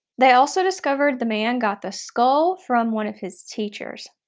they also discovered the man got the skull from one of his teachers.